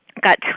got